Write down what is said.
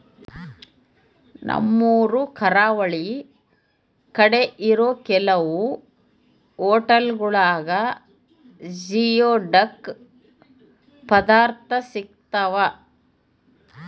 ನಮ್ಮೂರು ಕರಾವಳಿ ಕಡೆ ಇರೋ ಕೆಲವು ಹೊಟೆಲ್ಗುಳಾಗ ಜಿಯೋಡಕ್ ಪದಾರ್ಥ ಸಿಗ್ತಾವ